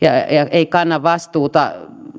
ei kanna vastuuta